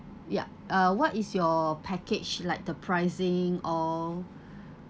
yup uh what is your package like the pricing or